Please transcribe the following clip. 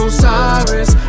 Osiris